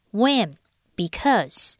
when,because